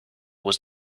was